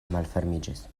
malfermiĝis